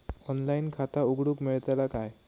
Online खाता उघडूक मेलतला काय?